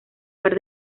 par